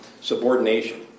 subordination